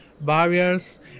barriers